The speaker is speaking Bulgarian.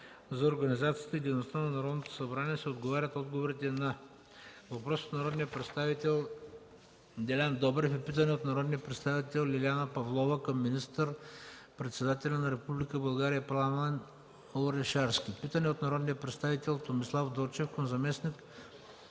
за организацията и дейността на Народното събрание се отлагат отговорите на: – въпрос от народния представител Делян Добрев, и питане от народния представител Лиляна Павлова към министър-председателя на Република България Пламен Орешарски; – питане от народния представител Томислав Дончев – към заместник